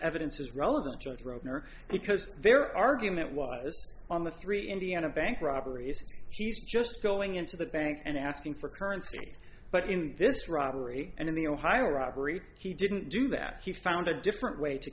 evidence is relevant george roden or because their argument why this on the three indiana bank robberies he's just going into the bank and asking for currency but in this robbery and in the ohio robbery he didn't do that he found a different way to